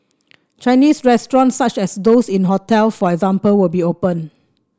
Chinese restaurants such as those in hotel for example will be open